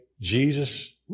Jesus